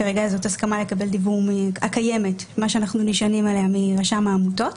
כרגע זאת ההסכמה הקיימת שאנחנו נשענים עליה מרשם העמותות.